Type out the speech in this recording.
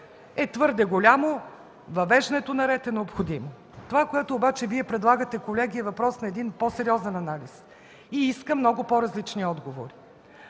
е твърде голямо. Въвеждането на ред е необходимо. Това, което обаче Вие предлагате, колеги, е въпрос на един по-сериозен анализ и иска много по-различни отговори.